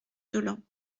dolent